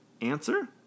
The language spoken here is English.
Answer